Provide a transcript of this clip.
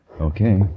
Okay